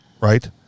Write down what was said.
right